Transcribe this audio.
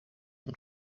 from